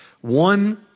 One